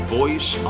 voice